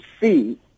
see